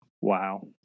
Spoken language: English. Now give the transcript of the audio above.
Wow